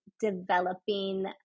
developing